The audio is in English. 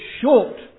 short